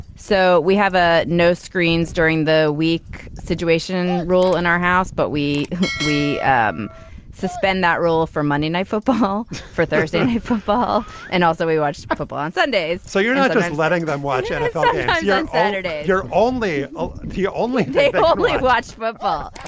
so we have a no screens during the week situation rule in our house. but we we um suspend that rule for monday night football for thursday and football and also we watch football on sundays so you're not letting them watch and yeah you on saturday. you're only if you only but like watch football.